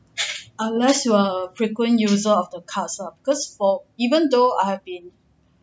unless you're a frequent user of the cards ah because for even though I've been